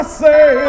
say